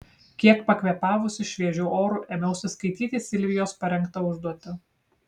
kiek pakvėpavusi šviežiu oru ėmiausi skaityti silvijos parengtą užduotį